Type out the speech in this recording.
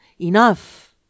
enough